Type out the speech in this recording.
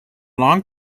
long